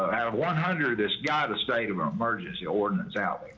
have one hundred? this guy the state of emergency ordinance out,